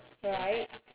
right